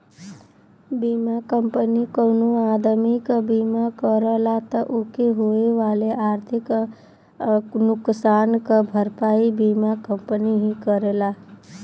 बीमा कंपनी कउनो आदमी क बीमा करला त ओके होए वाले आर्थिक नुकसान क भरपाई बीमा कंपनी ही करेला